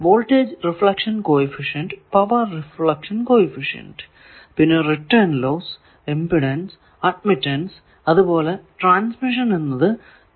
voltage reflection coefficient power reflection coefficient പിന്നെ return loss impedance admittance അതുപോലെ transmission എന്നത് ആണ്